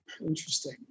Interesting